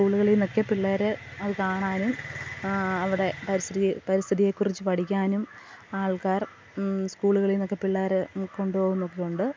സ്കൂളുകളിൽ നിന്നൊക്കെ പിള്ളേരെ അത് കാണാനും അവിടെ പരിസ്ഥിതി പരിസ്ഥിതിയെക്കുറിച്ച് പഠിക്കാനും ആൾക്കാർ സ്കൂളുകളിൽ നിന്നൊക്കെ പിള്ളാരെ കൊണ്ട് പോകുന്നൊക്കെ ഉണ്ട്